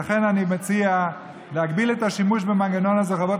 לכן אני מציע להגביל את השימוש במנגנון הזה לחובות